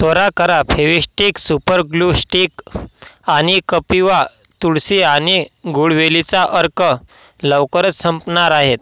त्वरा करा Fevistik super glue stick आणि कपिवा तुळसी आणि गुळवेलीचा अर्क लवकरच संपणार आहेत